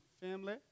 family